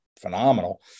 phenomenal